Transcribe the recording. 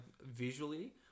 visually